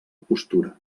postura